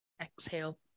Exhale